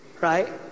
right